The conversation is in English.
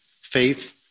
faith